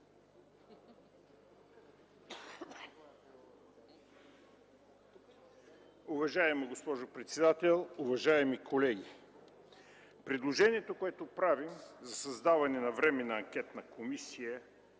Уважаема госпожо председател, уважаеми колеги! Предложението, което правим за създаване на временна анкетна комисия